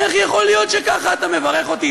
איך יכול להיות שככה אתה מברך אותי,